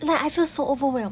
like I feel so overwhelmed